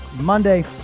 Monday